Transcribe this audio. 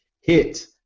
hit